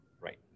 Right